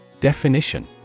Definition